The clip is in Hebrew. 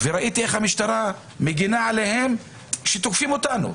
וראיתי איך המשטרה מגינה עליהם כשתוקפים אותנו,